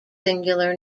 singular